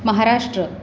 Maharashtra